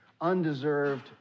Undeserved